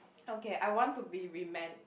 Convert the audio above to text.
okay I want to be remem~